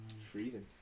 Freezing